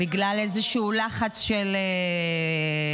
-- בגלל איזשהו לחץ של לקוחות.